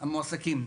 המועסקים?